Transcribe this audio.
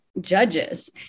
judges